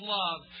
love